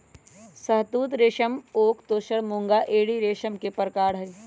शहतुत रेशम ओक तसर मूंगा एरी रेशम के परकार हई